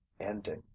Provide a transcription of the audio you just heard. ending